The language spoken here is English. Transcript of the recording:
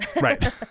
Right